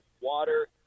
water